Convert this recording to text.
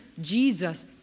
Jesus